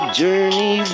journey